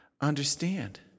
understand